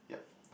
yup